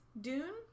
Dune